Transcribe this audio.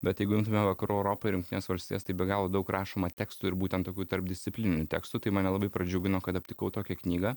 bet jeigu imtume vakarų europą ir jungtines valstijas tai be galo daug rašoma tekstų ir būtent tokių tarpdisciplininių tekstų tai mane labai pradžiugino kad aptikau tokią knygą